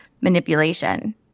manipulation